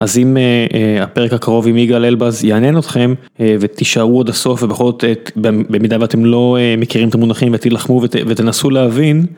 אז אם הפרק הקרוב עם יגאל ללבז יעניין אתכם ותישארו עד הסוף ובכל זאת במידה ואתם לא מכירים את המונחים ותילחמו ותנסו להבין...